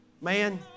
man